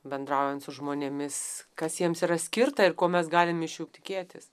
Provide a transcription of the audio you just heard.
bendraujant su žmonėmis kas jiems yra skirta ir ko mes galim iš jų tikėtis